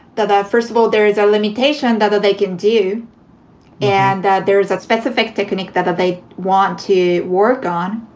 that first of all, there is a limitation that that they can do and that there is a specific technique that that they want to work on.